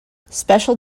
special